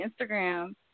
Instagram